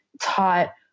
taught